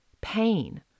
Pain